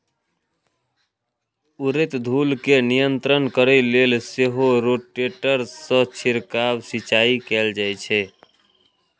उड़ैत धूल कें नियंत्रित करै लेल सेहो रोटेटर सं छिड़काव सिंचाइ कैल जाइ छै